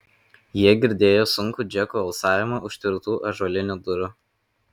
jie girdėjo sunkų džeko alsavimą už tvirtų ąžuolinių durų